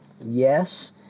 Yes